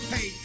Hey